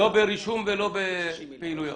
לא ברישום ולא בפעילויות.